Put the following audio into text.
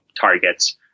targets